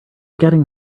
getting